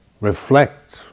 reflect